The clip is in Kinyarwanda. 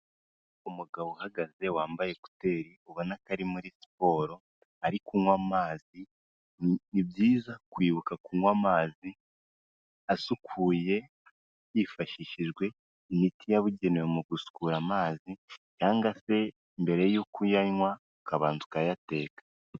Umugabo uhagaze wambaye ekuteri ubona ko ari muri siporo ari kunywa amazi ni byiza kwibuka kunywa amazi asukuye hifashishijwe imiti yabugenewe mu gusukura amazi cyangwa se mbere yuko uyanywa ukabanza ukayateka.